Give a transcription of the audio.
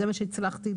זה מה שהצלחתי לברר.